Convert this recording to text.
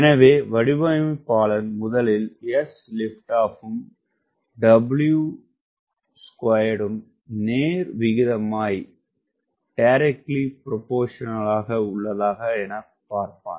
எனவே வடிவமைப்பாளன் முதலில் sLO ம் W2 ம் நேர் விகிதமாய் உள்ளதா எனப் பார்ப்பான்